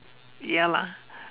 ya lah